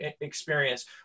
experience